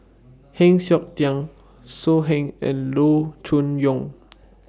Heng Siok Tian So Heng and Loo Choon Yong